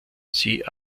sie